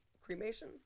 Cremation